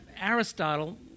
Aristotle